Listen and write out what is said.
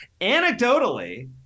anecdotally